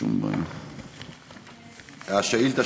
השאילתה